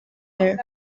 year